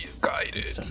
guided